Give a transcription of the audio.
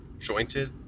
jointed